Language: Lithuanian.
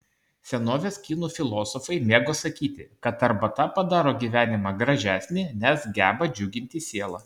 senovės kinų filosofai mėgo sakyti kad arbata padaro gyvenimą gražesnį nes geba džiuginti sielą